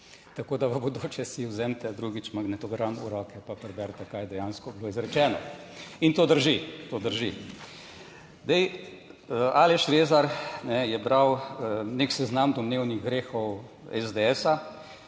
Tako da v bodoče si vzemite drugič magnetogram v roke pa preberite kaj je dejansko bilo izrečeno. In to drži. To drži. Zdaj, Aleš Rezar je bral nek seznam domnevnih grehov SDS,